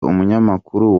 umunyamakuru